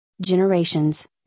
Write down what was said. generations